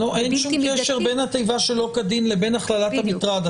בלתי מידתי --- אין שום קשר בין התיבה "שלא כדין" לבין הכללת המטרד.